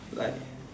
like